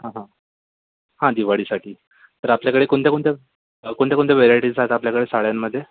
हां हां हां दिवाळीसाठी तर आपल्याकडे कोणत्या कोणत्या कोणत्या कोणत्या वेरायटीज आहेत आपल्याकडे साड्यांमध्ये